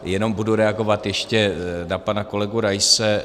Jenom budu reagovat ještě na pana kolegu Raise.